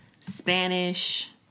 Spanish